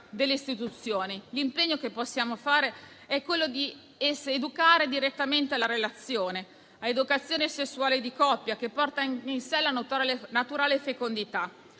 delle istituzioni, l'impegno che possiamo prendere è quello di educare direttamente alla relazione, l'educazione sessuale di coppia che porta in sé la naturale fecondità.